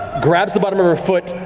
grabs the bottom of her foot,